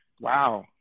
wow